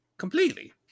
Completely